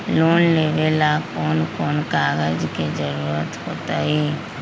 Loan लेवेला कौन कौन कागज के जरूरत होतई?